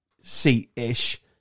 seat-ish